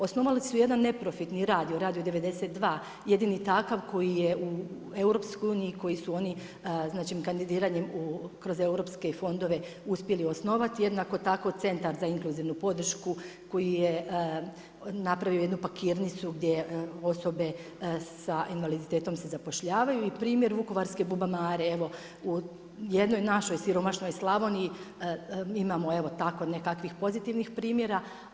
Osnovali su jedan neprofitni radio, Radio 92 jedini takav koji je u EU koji su oni kandidiranjem kroz europske fondove uspjeli osnovati, jednako tako Centar za inkluzivnu podršku koji je napravio jednu pakirnicu gdje osobe s invaliditetom se zapošljavaju i primjer Vukovarske Bubamare, evo u jednoj našoj siromašnoj Slavoniji imamo tako nekakvih pozitivnih primjera.